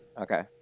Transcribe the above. okay